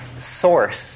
source